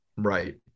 Right